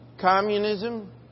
communism